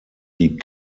die